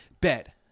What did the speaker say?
Bet